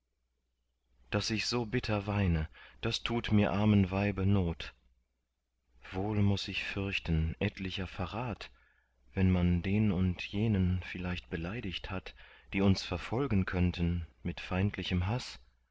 daß ich so bitter weine das tut mir armen weibe not wohl muß ich fürchten etlicher verrat wenn man den und jenen vielleicht beleidigt hat die uns verfolgen könnten mit feindlichem haß